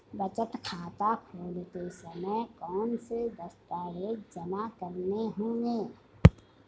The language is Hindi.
बचत खाता खोलते समय कौनसे दस्तावेज़ जमा करने होंगे?